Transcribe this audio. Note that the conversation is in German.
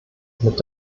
mit